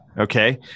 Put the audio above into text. Okay